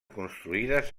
construïdes